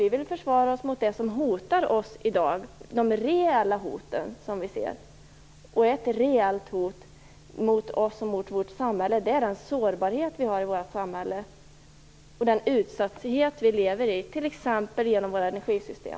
Vi vill försvara oss mot det som hotar oss i dag, de reella hoten. Ett reellt hot mot oss och vårt samhälle handlar om vår sårbarhet och utsatthet, t.ex. när det gäller våra energisystem.